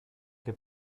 che